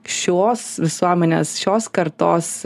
šios visuomenės šios kartos